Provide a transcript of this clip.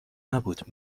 نبود